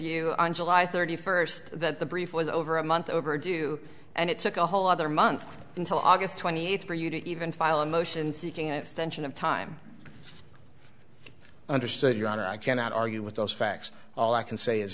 you on july thirty first that the brief was over a month overdue and it took a whole other month until august twenty eighth for you to even file a motion seeking an extension of time understood your honor i cannot argue with those facts all i can say is